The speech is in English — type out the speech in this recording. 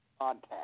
Contact